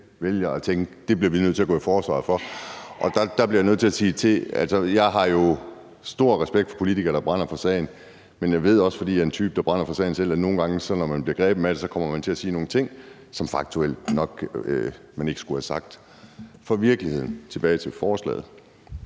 vælger at tænke, at det bliver de nødt til at gå i forsvar for. Der bliver jeg jo nødt til at sige, at jeg har stor respekt for politikere, der brænder for sagen, men at jeg, fordi jeg selv er en type, der brænder for sagen, også ved, at man nogle gange, når man bliver grebet af det, kommer til at sige nogle ting, som man nok faktuelt ikke skulle have sagt. Så kan man udskamme mig med alt